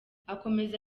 akomeza